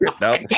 Nope